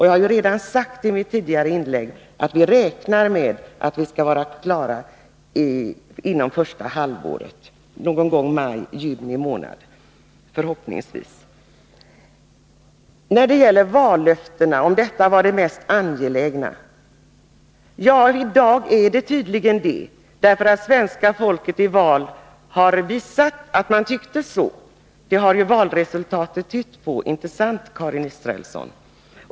Jag har ju redan sagt i mitt tidigare inlägg att vi räknar med att vara klara med vårt arbete under första halvåret 1983, förhoppningsvis någon gång i maj-juni. Karin Israelsson frågade om vallöftena var det mest angelägna. Ja, i dag är de tydligen det, därför att svenska folket i val har visat att man tyckte så. Valresultatet tyder ju på det — eller hur, Karin Israelsson?